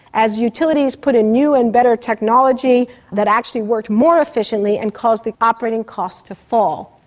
as utilities put a new and better technology that actually worked more efficiently and caused the operating costs to fall.